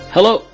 Hello